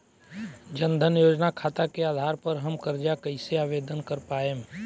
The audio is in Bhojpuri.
जन धन योजना खाता के आधार पर हम कर्जा कईसे आवेदन कर पाएम?